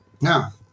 Now